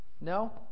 No